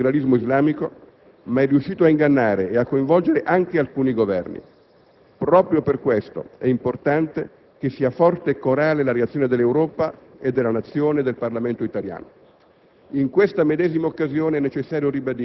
L'attacco viene dall'integralismo islamico ma è riuscito a ingannare e a coinvolgere anche alcuni Governi. Proprio per questo è importante che sia forte e corale la reazione dell'Europa, della Nazione e del Parlamento italiano.